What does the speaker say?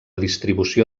distribució